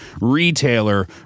retailer